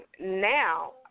now